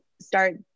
start